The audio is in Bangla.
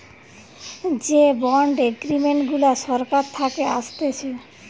যে বন্ড এগ্রিমেন্ট গুলা সরকার থাকে আসতেছে